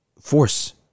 Force